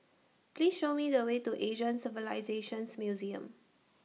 Please Show Me The Way to Asian Civilisations Museum